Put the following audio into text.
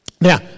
Now